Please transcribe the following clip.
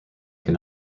can